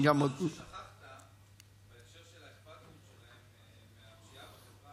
יש משהו ששכחת בהקשר של הפשיעה הערבית.